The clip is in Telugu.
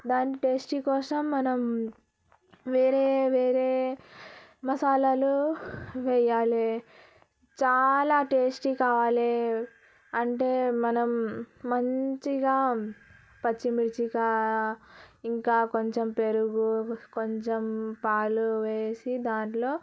దాని టేస్టీ కోసం మనం వేరే వేరే మసాలాలు వేయాలి చాలా టేస్టీ కావాలి అంటే మనం మంచిగా పచ్చిమిర్చి ఇంకా కొంచెం పెరుగు కొంచెం పాలు వేసి దాంట్లో